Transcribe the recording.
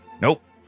Nope